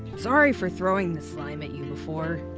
sorry for throwing the slime at you before.